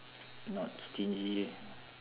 not stingy